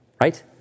right